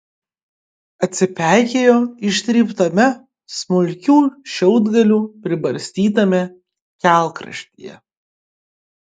atsipeikėjo ištryptame smulkių šiaudgalių pribarstytame kelkraštyje